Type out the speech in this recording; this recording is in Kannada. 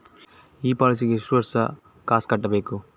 ಈ ಪಾಲಿಸಿಗೆ ಎಷ್ಟು ವರ್ಷ ಕಾಸ್ ಕಟ್ಟಬೇಕು?